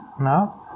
now